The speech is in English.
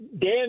Dan